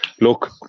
look